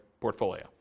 portfolio